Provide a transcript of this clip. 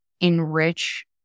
enrich